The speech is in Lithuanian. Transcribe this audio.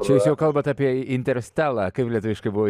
čia jūs jau kalbat apie inter stelą kaip lietuviškai buvo